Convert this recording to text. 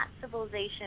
civilization